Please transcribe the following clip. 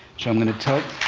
so i'm going to tell